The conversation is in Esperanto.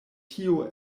tio